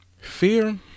Fear